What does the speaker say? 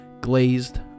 Glazed